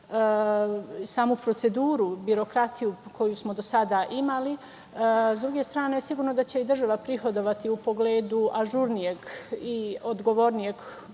samu proceduru birokratiju koju smo do sada imali, s druge strane, sigurno da će i država prihodovati u pogledu ažurnijeg i odgovornijeg